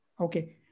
Okay